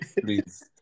Please